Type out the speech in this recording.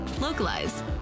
Localize